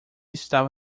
estava